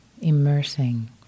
immersing